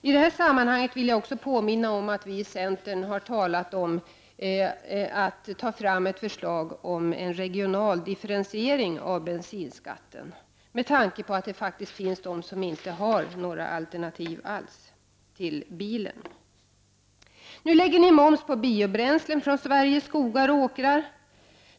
I det sammanhanget vill jag påminna om att vi i centern har talat om att ta fram ett förslag till en regional differentiering av bensinskatten med tanke på att det faktiskt finns de som inte har några alternativ alls till bilen. Nu lägger ni moms på biobränslen från Sveriges skogar och åkrar.